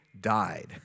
died